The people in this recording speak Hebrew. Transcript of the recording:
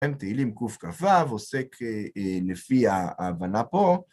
תהילים קכ"ו עוסק לפי ההבנה פה.